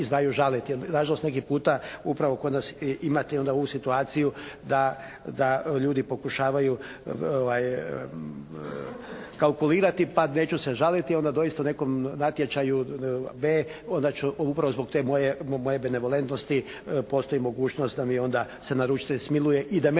znaju žaliti, jer na žalost neki puta upravo kod nas i imate onda ovu situaciju da ljudi pokušavaju kalkulirati pa neću se žaliti onda doista nekom natječaju b) onda ću upravo zbog te moje benevolentnosti postoji mogućnost da mi onda se naručitelj smiluje i da meni